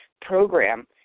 program